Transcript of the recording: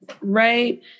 Right